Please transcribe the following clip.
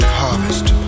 harvest